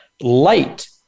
light